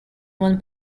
one